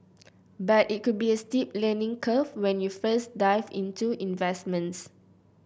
but it could be a steep learning curve when you first dive into investments